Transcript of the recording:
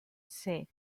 said